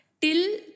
Till